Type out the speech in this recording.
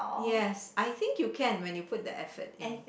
yes I think you can when you put the effort in